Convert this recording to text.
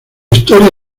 historia